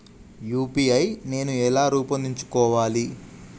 UPI నేను ఎలా రూపొందించుకోవాలి?